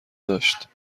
داشت